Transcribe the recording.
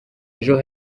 ejo